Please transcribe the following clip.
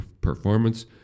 performance